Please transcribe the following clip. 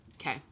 Okay